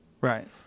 Right